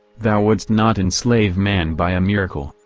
thou wouldst not enslave man by a miracle,